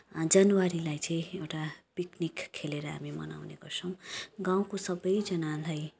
जनवरीलाई चाहिँ एउटा पिक्निक खेलेर हामी मनाउने गर्छौँ गाउँको सबैजनालाई